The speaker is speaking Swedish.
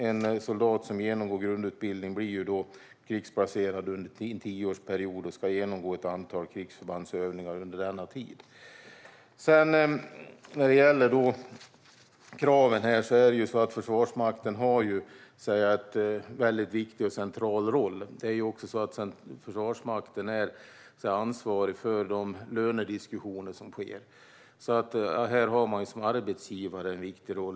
En soldat som genomgår grundutbildning blir krigsplacerad under en tioårsperiod och ska genomgå ett antal krigsförbandsövningar under denna tid. Vad gäller kraven har Försvarsmakten en viktig central roll. Försvarsmakten är också ansvarig för de lönediskussioner som sker. Här har man som arbetsgivare en viktig roll.